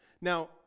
Now